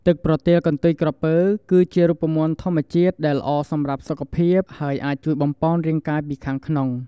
ទឹកប្រទាលកន្ទុយក្រពើ គឺជារូបមន្តធម្មជាតិដែលល្អសម្រាប់សុខភាព ហើយអាចជួយបំប៉នរាងកាយពីខាងក្នុង។